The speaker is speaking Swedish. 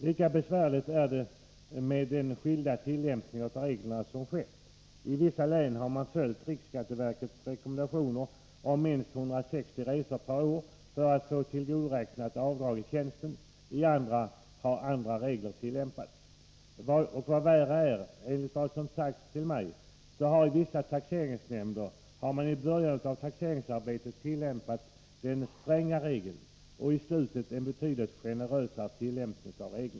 Lika besvärligt är det att man använt skiljaktiga tillämpningar av reglerna. I vissa län har man följt riksskatteverkets rekommendationer om minst 160 resor per år för att få tillgodoräkna sig avdrag i tjänsten, i andra län har andra regler tillämpats. Och än värre är att man, enligt vad som sagts till mig, i vissa taxeringsnämnder i början av taxeringsarbetet har tillämpat reglerna strängare och i slutet betydligt generösare.